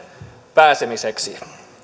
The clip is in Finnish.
pääsemiseksi